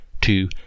two